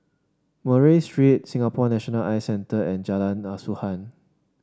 Murray Street Singapore National Eye Centre and Jalan Asuhan